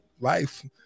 life